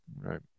right